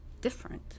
different